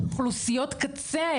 לאוכלוסיות קצה,